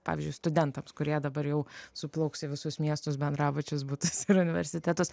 pavyzdžiui studentams kurie dabar jau suplauks į visus miestus bendrabučius butus ir universitetus